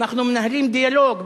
אנחנו מנהלים דיאלוג,